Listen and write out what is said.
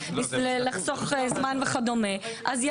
ואם כן מוזמן לבוא לסופר.